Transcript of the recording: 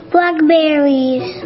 Blackberries